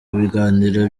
biganiro